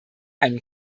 einen